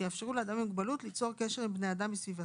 שיאפשרו לאדם עם מוגבלות ליצור קשר עם בני אדם בסביבתו,